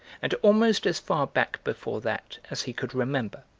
and almost as far back before that as he could remember.